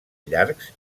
llargs